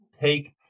take